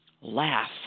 laugh